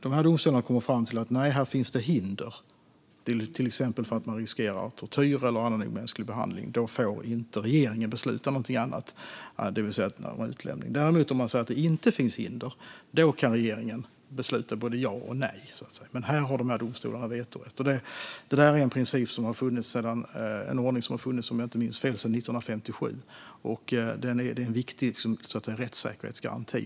Om domstolarna kommer fram till att det finns hinder, till exempel för att man riskerar tortyr eller annan omänsklig behandling, får inte regeringen besluta något annat. Om det inte finns hinder kan regeringen fatta beslut om ja eller nej. Men här har domstolarna vetorätt. Det här är en ordning som har funnits, om jag inte minns fel, sedan 1957. Det är en viktig rättssäkerhetsgaranti.